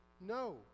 no